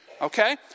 okay